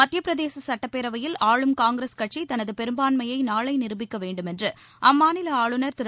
மத்தியபிரதேச சுட்டப்பேரவையில் ஆளும் காங்கிரஸ் கட்சி தனது பெரும்பான்மையை நாளை நிரூபிக்க வேண்டுமென்று அம்மாநில ஆளுநர் திரு